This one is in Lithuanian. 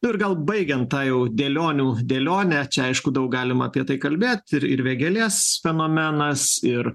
ir gal baigiant tą jau dėlionių dėlionę čia aišku daug galima apie tai kalbėt ir vėgėlės fenomenas ir